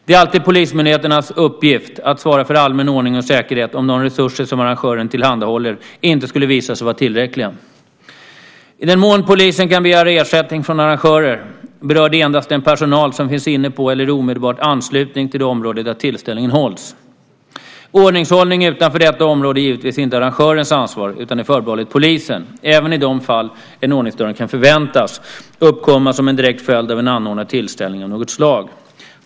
Det är alltid polismyndigheternas uppgift att svara för allmän ordning och säkerhet om de resurser som arrangören tillhandhåller inte skulle visa sig vara tillräckliga. I den mån polisen kan begära ersättning från arrangörer berör det endast den personal som finns inne på eller i omedelbar anslutning till det område där tillställningen hålls. Ordningshållning utanför detta område är givetvis inte arrangörens ansvar utan det är förbehållet polisen, även i de fall en ordningsstörning kan förväntas uppkomma som en direkt följd av en anordnad tillställning av något slag.